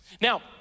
Now